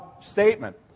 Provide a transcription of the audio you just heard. statement